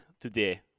Today